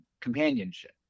companionship